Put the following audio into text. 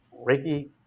Reiki